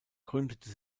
gründete